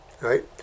Right